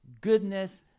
goodness